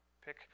pick